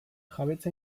jabetza